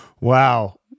Wow